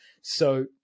So-